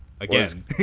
again